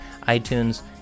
iTunes